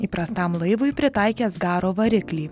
įprastam laivui pritaikęs garo variklį